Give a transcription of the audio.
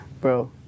Bro